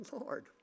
Lord